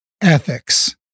ethics